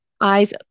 eyes